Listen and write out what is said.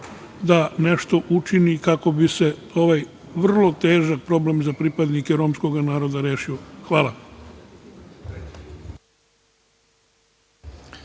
da nešto učine kako bi se ovaj vrlo težak problem za pripadnike romskog naroda rešio. Hvala.